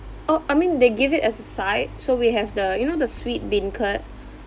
oh I mean they give it as a side so we have the you know the sweet beancurd